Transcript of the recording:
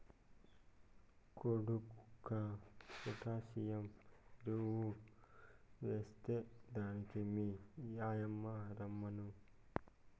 కొడుకా పొటాసియం ఎరువెస్తే దానికి మీ యమ్మిని రమ్మను